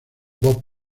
bob